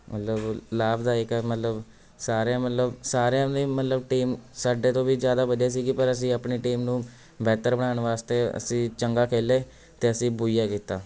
ਮਤਲਬ ਲਾਭਦਾਇਕ ਮਤਲਬ ਸਾਰਿਆਂ ਮਤਲਬ ਸਾਰਿਆਂ ਦੀ ਮਤਲਬ ਟੀਮ ਸਾਡੇ ਤੋਂ ਵੀ ਜ਼ਿਆਦਾ ਵਧੀਆ ਸੀਗੀ ਪਰ ਅਸੀਂ ਆਪਣੀ ਟੀਮ ਨੂੰ ਬਿਹਤਰ ਬਣਾਉਣ ਵਾਸਤੇ ਅਸੀਂ ਚੰਗਾ ਖੇਲੇ ਅਤੇ ਅਸੀਂ ਬੂਈਆ ਕੀਤਾ